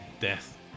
death